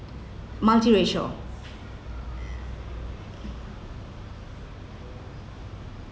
multiracial